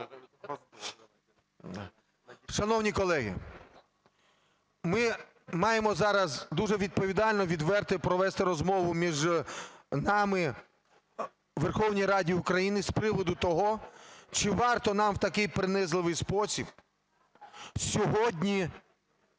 Шановні колеги, ми маємо зараз дуже відповідальну, відверту провести розмову між нами у Верховній Раді України з приводу того, чи варто нам в такий принизливий спосіб сьогодні